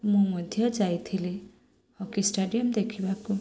ମୁଁ ମଧ୍ୟ ଯାଇଥିଲି ହକି ଷ୍ଟାଡ଼ିୟମ୍ ଦେଖିବାକୁ